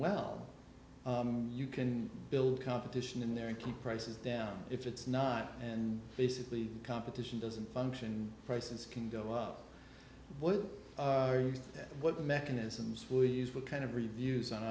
well you can build competition in there and keep prices down if it's not and basically competition doesn't function prices can go up what are you what mechanisms we use what kind of reviews